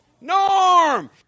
Norm